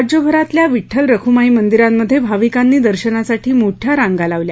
राज्यभरातल्या विड्डल रखुमाई मंदिरांमध्ये भाविकांनी दर्शनासाठी मोठ्या रांगा लावल्या